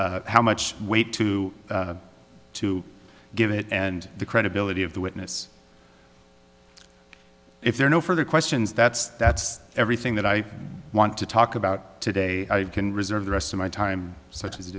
how much weight to to give it and the credibility of the witness if there are no further questions that's that's everything that i want to talk about today i can reserve the rest of my time such as